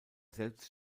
selbst